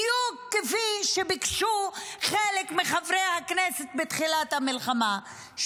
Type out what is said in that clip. בדיוק כפי שביקשו חלק מחברי הכנסת בתחילת המלחמה,